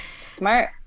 smart